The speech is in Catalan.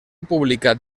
publicat